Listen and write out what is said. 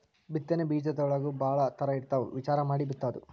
ಬಿತ್ತನೆ ಬೇಜದೊಳಗೂ ಭಾಳ ತರಾ ಇರ್ತಾವ ವಿಚಾರಾ ಮಾಡಿ ಬಿತ್ತುದು